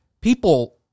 people